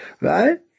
Right